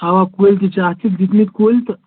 اَوہ کُلۍ تہِ چھِ اَتھ چھِکھ دِتمٕتۍ کُلۍ تہٕ